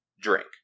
drink